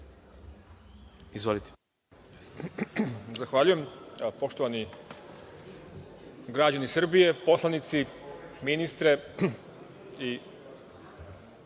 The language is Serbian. Izvolite.